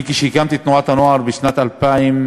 אני, כשהקמתי את תנועת הנוער בשנת 2001,